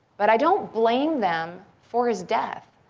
but i don't blame them for his death.